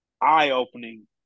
eye-opening